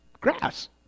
grass